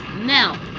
now